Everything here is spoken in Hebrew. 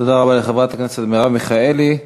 תודה רבה לחברת הכנסת מרב מיכאלי.